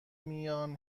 میان